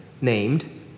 named